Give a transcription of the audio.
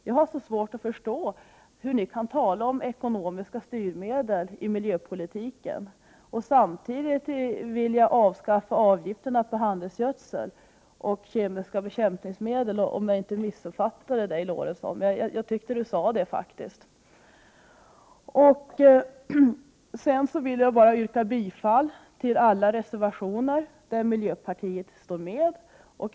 Jag har svårt att förstå hur ni kan tala om ekonomiska styrmedel i miljöpolitiken och samtidigt vilja avskaffa avgifterna på handelsgödsel och kemiska bekämpningsmedel. Jag kanske missuppfattade Sven Eric Lorentzon, men jag tyckte faktiskt att han sade det. Till sist vill jag yrka bifall till alla reservationer där miljöpartiet står med.